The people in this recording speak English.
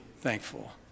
thankful